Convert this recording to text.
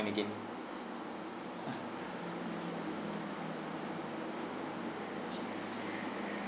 again